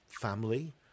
family